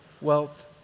wealth